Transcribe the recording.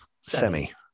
semi